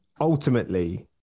ultimately